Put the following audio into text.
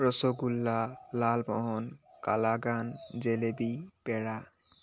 ৰচগোল্লা লালমহন কালাগান জেলেবী পেৰা